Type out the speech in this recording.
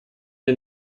der